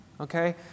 okay